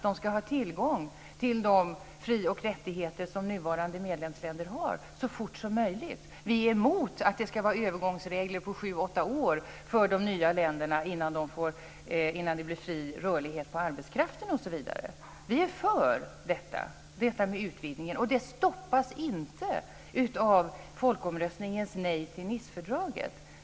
De ska ha tillgång till de fri och rättigheter som nuvarande medlemsländer har så fort som möjligt. Vi är emot att det ska vara övergångsregler som ska gälla i sju åtta år för de nya medlemsländerna innan det blir fri rörlighet för arbetskraften osv. Vi är alltså för utvidgningen, och det stoppas inte av folkomröstningens nej till Nicefördraget.